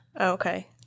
Okay